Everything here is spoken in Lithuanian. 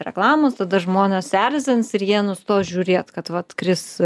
reklamos tada žmones erzins ir jie nustos žiūrėt kad vat kris